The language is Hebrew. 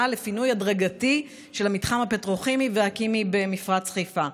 לפינוי הדרגתי של המתחם הפטרוכימי והכימי במפרץ חיפה.